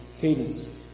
Cadence